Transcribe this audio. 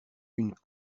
une